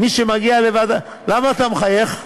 מי שמגיע לוועדה, למה אתה מחייך?